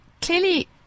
clearly